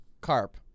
carp